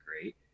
great